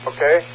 Okay